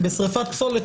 בשריפת פסולת,